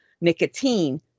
nicotine